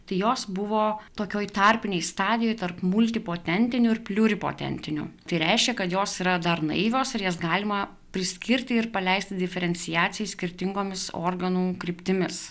tai jos buvo tokioj tarpinėj stadijoje tarp multipotentinių ir pliuripotentinių tai reiškia kad jos yra dar naivios ir jas galima priskirti ir paleisti diferenciacijai skirtingomis organų kryptimis